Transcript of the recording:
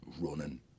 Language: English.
running